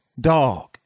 dog